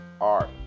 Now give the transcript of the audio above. art